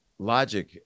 Logic